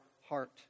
heart